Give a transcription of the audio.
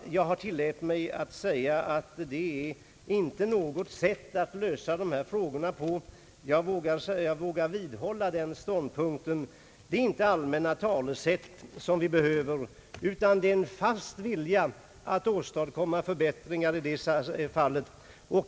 Jag tillät mig tidigare framhålla att detta inte innebär en lösning av dessa frågor, och jag vågar vidhålla den ståndpunkten. Det är inte allmänna talesätt vi behöver, utan en fast vilja att åstadkomma förbättringar.